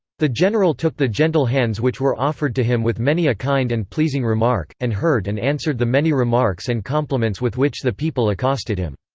the general took the gentle hands which were offered to him with many a kind and pleasing remark, and heard and answered the many remarks and compliments with which the people accosted him.